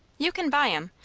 you can buy em.